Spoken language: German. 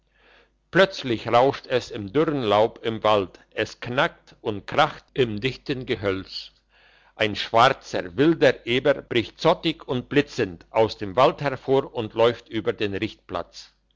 plötzlich rauscht es im dürren laub im wald es knackt und kracht im dichten gehörst ein schwarzer wilder eber bricht zottig und blitzend aus dem wald hervor und läuft über den